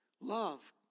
Love